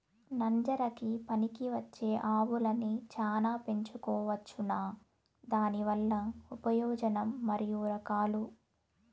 నంజరకి పనికివచ్చే ఆవులని చానా పెంచుకోవచ్చునా? దానివల్ల ప్రయోజనం మరియు రకాలు?